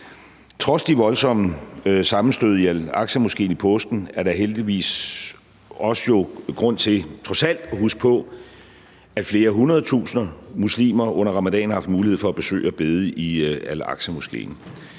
Trods de voldsomme sammenstød i al-Aqsa-moskéen i påsken er der trods alt heldigvis også grund til at huske på, at flere hundrede tusinder muslimer under ramadanen har haft mulighed for at besøge og bede i al-Aqsa-moskéen.